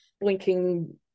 blinking